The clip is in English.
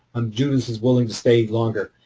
um judith is willing to stay longer.